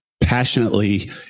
passionately